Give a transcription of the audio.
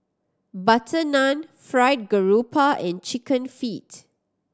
butter naan Fried Garoupa and Chicken Feet